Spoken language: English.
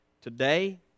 today